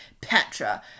Petra